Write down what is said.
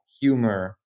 humor